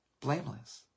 blameless